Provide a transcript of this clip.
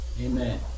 Amen